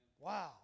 Wow